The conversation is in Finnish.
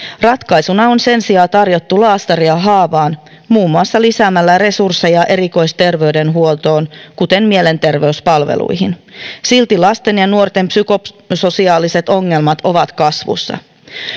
ratkaisuna on sen sijaan tarjottu laastaria haavaan muun muassa lisäämällä resursseja erikoisterveydenhuoltoon kuten mielenterveyspalveluihin silti lasten ja nuorten psykososiaaliset ongelmat ovat kasvussa